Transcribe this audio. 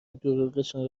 دروغشان